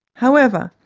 however,